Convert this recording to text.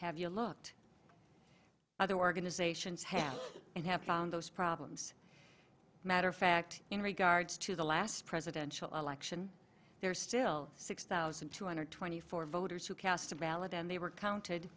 have you looked at other organizations have and have found those problems matter of fact in regards to the last presidential election there are still six thousand two hundred twenty four voters who cast a ballot and they were counted